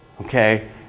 okay